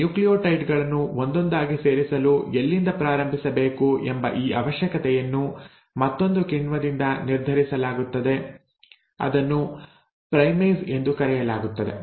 ಈ ನ್ಯೂಕ್ಲಿಯೋಟೈಡ್ ಗಳನ್ನು ಒಂದೊಂದಾಗಿ ಸೇರಿಸಲು ಎಲ್ಲಿಂದ ಪ್ರಾರಂಭಿಸಬೇಕು ಎಂಬ ಈ ಅವಶ್ಯಕತೆಯನ್ನು ಮತ್ತೊಂದು ಕಿಣ್ವದಿಂದ ನಿರ್ಧರಿಸಲಾಗುತ್ತದೆ ಅದನ್ನು ಪ್ರೈಮೇಸ್ ಎಂದು ಕರೆಯಲಾಗುತ್ತದೆ